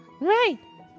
Right